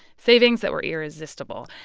savings that were irresistible.